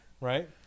right